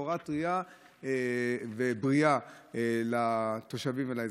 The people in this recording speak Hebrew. סחורה טרייה ובריאה לתושבים ולאזרחים.